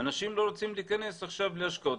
אנשים לא רוצים להיכנס עכשיו להשקעות,